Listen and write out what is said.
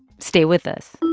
stay with us